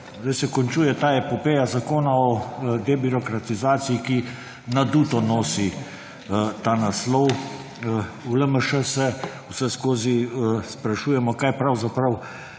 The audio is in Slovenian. Sedaj se končuje ta epopeja zakona o debirokratizaciji, ki naduto nosi ta naslov. V LMŠ se vseskozi sprašujemo kaj pravzaprav